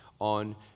on